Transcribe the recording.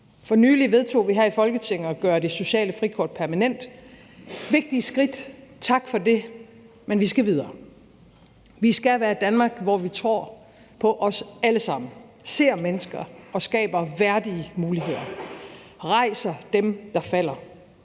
for nylig vedtog vi her i Folketinget at gøre det sociale frikort permanent. Det er vigtige skridt, tak for det, men vi skal videre. Vi skal være et Danmark, hvor vi tror på os alle sammen; ser mennesker og skaber værdige muligheder; rejser dem, der falder.